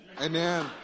Amen